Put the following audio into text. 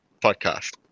podcast